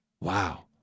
Wow